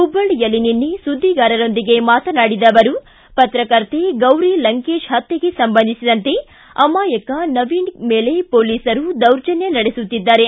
ಹುಬ್ಬಳ್ಳಿಯಲ್ಲಿ ನಿನ್ನೆ ಸುದ್ದಿಗಾರರೊಂದಿಗೆ ಮಾತನಾಡಿದ ಅವರು ಪತ್ರಕರ್ತೆ ಗೌರಿ ಲಂಕೇಶ ಹತ್ತೆಗೆ ಸಂಬಂಧಿಸಿದಂತೆ ಅಮಾಯಕ ನವೀನ್ ಮೇಲೆ ಪೊಲೀಸರು ದೌರ್ಜನ್ಯ ನಡೆಸುತ್ತಿದ್ದಾರೆ